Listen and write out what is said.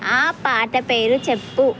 ఆ పాట పేరు చెప్పు